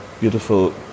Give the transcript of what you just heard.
beautiful